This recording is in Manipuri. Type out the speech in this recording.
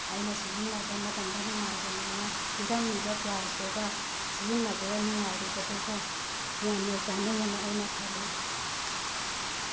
ꯑꯩꯅ ꯁꯤꯖꯤꯟꯅꯕ ꯃꯇꯝꯗ ꯅꯨꯡꯉꯥꯏꯕꯅꯤꯅ ꯄꯤꯔꯝꯃꯤꯕ ꯄ꯭ꯔꯥꯏꯖꯇꯨꯒ ꯁꯤꯖꯤꯟꯅꯕꯗ ꯅꯨꯡꯉꯥꯏꯔꯤꯕꯗꯨꯒ ꯌꯥꯝꯅ ꯆꯥꯟꯅꯩ ꯑꯅ ꯑꯩꯅ ꯈꯜꯂꯤ